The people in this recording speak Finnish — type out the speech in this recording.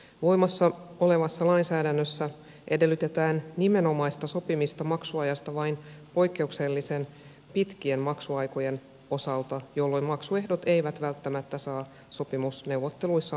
voimassa olevassa lainsäädännössä edellytetään nimenomaista sopimista maksuajasta vain poikkeuksellisen pitkien maksuaikojen osalta jolloin maksuehdot eivät välttämättä saa sopimusneuvotteluissa ansaitsemaansa huomiota